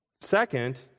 Second